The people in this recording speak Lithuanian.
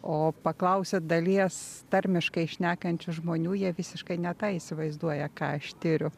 o paklausi dalies tarmiškai šnekančių žmonių jie visiškai ne tai įsivaizduoja ką aš tiriu